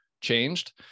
changed